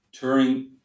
turing